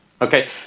Okay